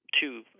two